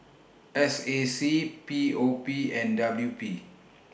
S A C P O P and W P